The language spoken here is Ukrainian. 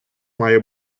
має